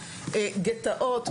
גטאות,